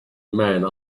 man